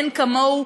אין כמוהו,